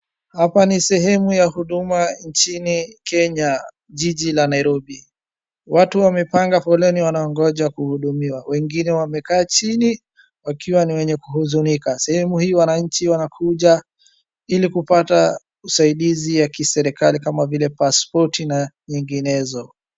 Hapa ni sehemu ya huduma nchini kenya jiji la Nairobi. Watu wamepanga foleni wanaongoja kuhudumiwa. Wengine wamekaa chini wakiwa ni wenye kuhuzunika. Sehemu hii wananchi wanakuja ili kupata usaidizi ya kiserikali kama vile paspoti na nyinginezo.